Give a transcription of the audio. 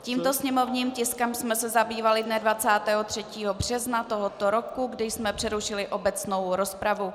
Tímto sněmovním tiskem jsme se zabývali dne 23. března tohoto roku, kdy jsme přerušili obecnou rozpravu.